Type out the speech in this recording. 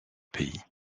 pays